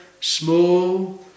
small